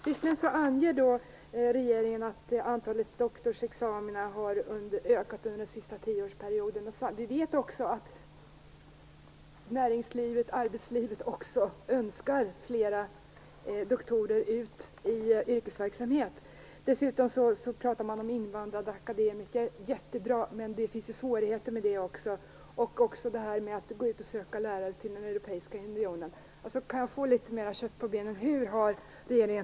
Visserligen anger regeringen att antalet doktorsexamina har ökat under den senaste tioårsperioden, men vi vet också att näringslivet önskar fler doktorer ute i yrkesverksamhet. Dessutom pratar man om invandrade akademiker. Det är jättebra, men det finns svårigheter med det också. Likadant är det med att gå ut och söka lärare i den europeiska unionen.